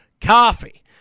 coffee